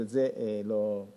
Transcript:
אז את זה לא סופרים.